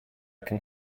can